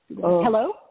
Hello